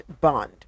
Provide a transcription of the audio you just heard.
bond